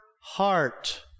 heart